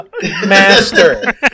Master